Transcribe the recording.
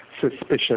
suspicious